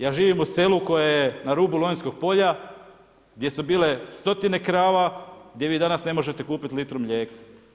Ja živim u selu, koje je na rubu Lonjskog polja, gdje su bile 100 krava, gdje vi danas ne možete kupiti litru mlijeka.